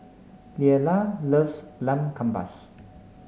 Leala loves Lamb Kebabs